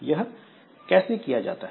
यह कैसे किया जाता है